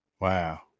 wow